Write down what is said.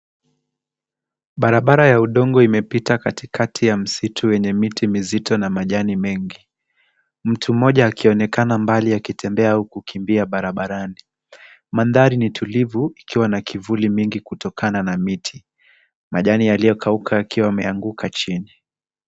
Barabara ya udongo imepita katikati ya msitu wenye miti mizito na majani mengi, mtu mmoja akionekana mbali akitembea au kukimbia barabarani. Mandhari ni tulivu ikiwa na kivuli mingi kutokana na miti. Majani yaliyokauka yakiwa yameanguka chini.